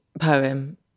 poem